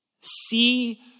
See